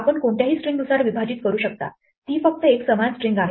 आपण कोणत्याही स्ट्रिंगनुसार विभाजित करू शकता ती फक्त एकसमान स्ट्रिंग आहे